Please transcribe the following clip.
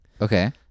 Okay